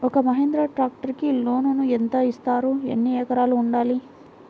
ఒక్క మహీంద్రా ట్రాక్టర్కి లోనును యెంత ఇస్తారు? ఎన్ని ఎకరాలు ఉండాలి?